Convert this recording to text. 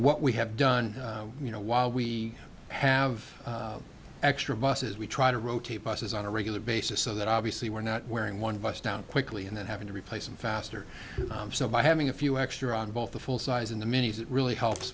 what we have done you know while we have extra buses we try to rotate buses on a regular basis so that obviously we're not wearing one bus down quickly and then having to replace them faster so by having a few extra on both the full size in the minis it really helps